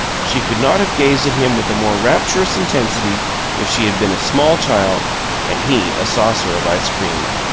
she could not have gazed at him with a more rapturous intensity if she had been a small child and he a saucer of ice-cream.